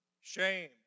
Shame